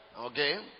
Okay